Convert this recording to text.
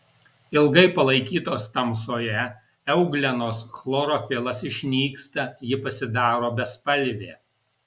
ilgai palaikytos tamsoje euglenos chlorofilas išnyksta ji pasidaro bespalvė